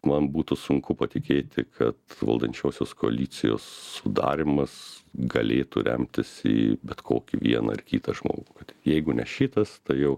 man būtų sunku patikėti kad valdančiosios koalicijos sudarymas galėtų remtis į bet kokį vieną ar kitą žmogų jeigu ne šitas tai jau